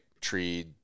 tree